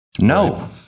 no